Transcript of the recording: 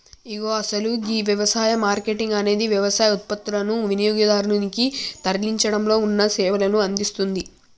ఇగో అసలు గీ యవసాయ మార్కేటింగ్ అనేది యవసాయ ఉత్పత్తులనుని వినియోగదారునికి తరలించడంలో ఉన్న సేవలను అందిస్తుంది